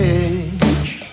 edge